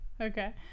Okay